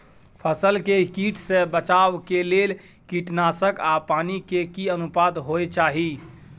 फसल के कीट से बचाव के लेल कीटनासक आ पानी के की अनुपात होय चाही?